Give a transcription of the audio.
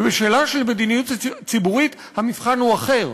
ובשאלה של מדיניות ציבורית המבחן הוא אחר,